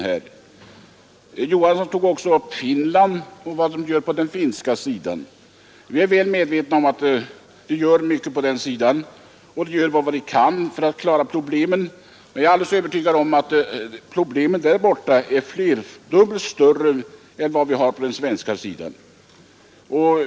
Herr Johansson i Holmgården tog också upp vad som görs på den finska sidan. Vi är väl medvetna om att det görs mycket på den sidan — man gör väl vad man kan för att klara problemen. Men jag är alldeles övertygad om att problemen där är flerdubbelt större än på den svenska sidan.